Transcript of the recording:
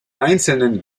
einzelnen